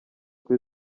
twe